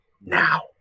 now